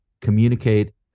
communicate